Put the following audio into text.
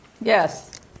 Yes